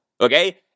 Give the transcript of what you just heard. okay